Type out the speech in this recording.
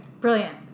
Brilliant